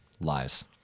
Lies